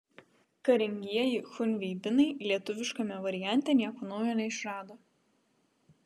karingieji chunveibinai lietuviškame variante nieko naujo neišrado